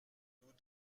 nous